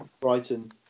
Brighton